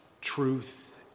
Truth